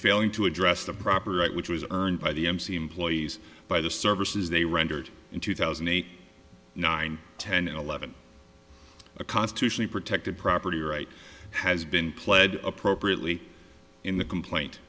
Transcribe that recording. failing to address the property right which was earned by the mc employees by the services they rendered in two thousand and eight nine ten eleven a constitutionally protected property right has been pled appropriately in the complaint